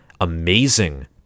Amazing